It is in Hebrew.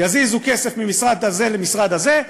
יזיזו כסף מהמשרד הזה למשרד הזה,